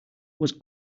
was